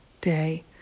day